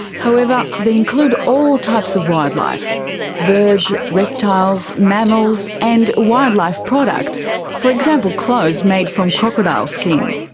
however, they include all types of wildlife birds, reptiles, mammals and wildlife products for example, clothes made from crocodile skin.